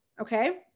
Okay